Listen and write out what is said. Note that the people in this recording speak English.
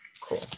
cool